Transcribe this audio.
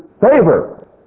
favor